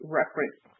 reference